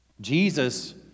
Jesus